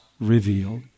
revealed